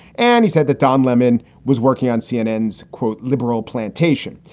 and he said that don lemon was working on cnn's, quote, liberal plantation.